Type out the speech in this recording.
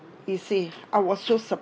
you see I was so